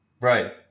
Right